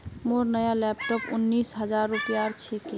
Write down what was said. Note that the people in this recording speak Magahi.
मोर नया लैपटॉप उन्नीस हजार रूपयार छिके